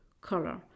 color